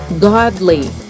godly